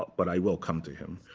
but i will come to him.